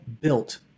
built